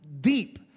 deep